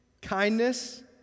kindness